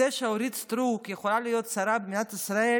זה שאורית סטרוק יכולה להיות שרה במדינת ישראל